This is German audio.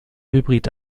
hybrid